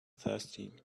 thirsty